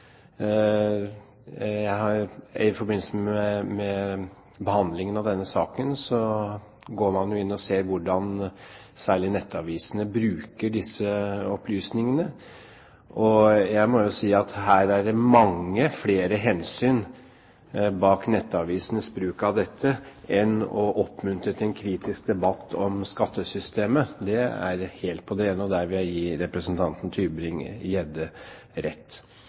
I forbindelse med behandlingen av denne saken går man jo inn og ser hvordan særlig nettavisene bruker disse opplysingene. Jeg må jo si at her ligger det mange flere hensyn bak nettavisenes bruk av dette enn å oppmuntre til en kritisk debatt om skattesystemet. Det er helt på det rene, og der vil jeg gi representanten Tybring-Gjedde rett.